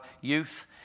youth